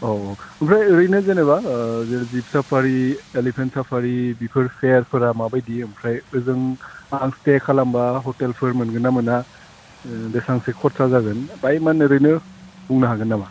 औ औ ओमफ्राय ओरैनो जेनेबा ओह जिप साफारि इलिफेन्ट साफारि बेफोर फेरफोरा माबादि ओमफ्राय ओजों आं स्टे खालामबा ह'टेलफोर मोनगोन ना मोना ओह बेसेबांसो खरसा जागोन बाहाय मा होनो ओरैनो बुंनो हागोन नामा